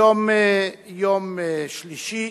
היום יום שלישי,